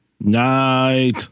Night